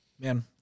Man